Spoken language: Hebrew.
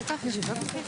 הישיבה ננעלה